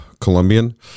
Colombian